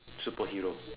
superhero